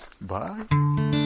Bye